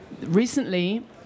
recently